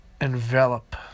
envelop